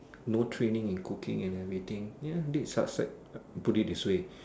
no training in cooking and everything ya this is success put it this way